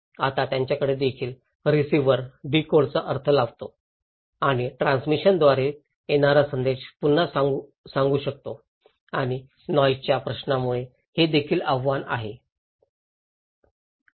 आता त्याच्याकडे देखील रिसिव्हर डीकोडचा अर्थ लावितो आणि ट्रान्समीटरद्वारे येणारा संदेश पुन्हा सांगू शकतो आणि नॉईसच्या प्रश्नामुळे हे देखील आव्हान आहे